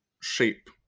shape